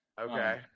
Okay